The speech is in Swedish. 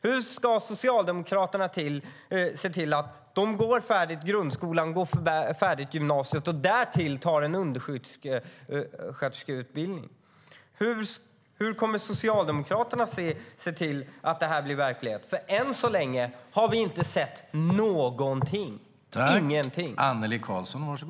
Hur ska Socialdemokraterna se till att de går färdigt grundskolan, går färdigt gymnasiet och därtill tar en undersköterskeutbildning? Hur kommer Socialdemokraterna att se till att det blir verklighet? Än så länge har vi inte sett någonting. Det finns ingenting.